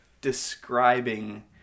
describing